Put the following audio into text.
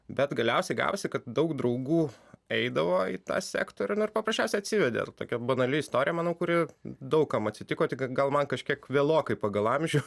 bet galiausiai gavosi kad daug draugų eidavo į tą sektorių na ir paprasčiausia atsivedė tokia banali istorija manau kuri daug kam atsitiko tik gal man kažkiek vėlokai pagal amžių